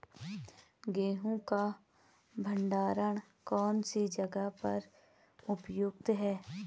गेहूँ का भंडारण कौन सी जगह पर उपयुक्त है?